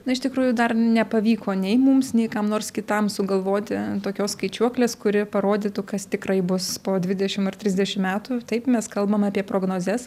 na iš tikrųjų dar nepavyko nei mums nei kam nors kitam sugalvoti tokios skaičiuoklės kuri parodytų kas tikrai bus po dvidešim ar trisdešim metų taip mes kalbam apie prognozes